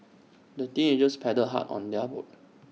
the teenagers paddled hard on their boat